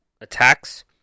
attacks